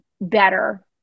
better